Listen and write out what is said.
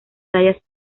tallas